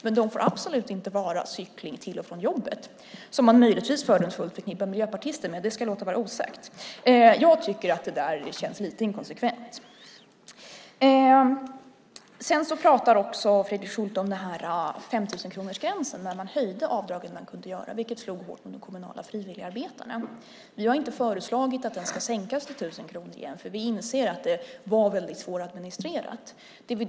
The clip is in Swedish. Det får absolut inte vara cykling till och från jobbet som man möjligtvis fördomsfullt förknippar miljöpartister med - det ska jag låta vara osagt. Jag tycker att det känns lite inkonsekvent. Fredrik Schulte pratade också om 5 000-kronorsgränsen - när man höjde det avdrag man kan göra. Det slog hårt mot den kommunala frivilligarbetaren. Vi har inte föreslagit att den ska sänkas till 1 000 kronor igen eftersom vi inser att det var väldigt svåradministrerat.